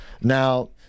Now